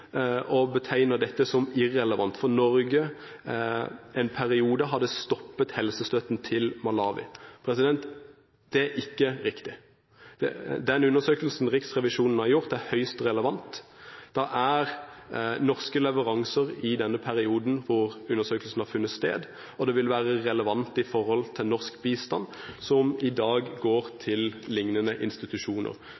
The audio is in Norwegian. irrelevant fordi Norge en periode hadde stoppet helsestøtten til Malawi. Det er ikke riktig. Den undersøkelsen Riksrevisjonen har gjort, er høyst relevant. Det er norske leveranser i denne perioden hvor undersøkelsen har funnet sted, og det vil være relevant med hensyn til norsk bistand som i dag går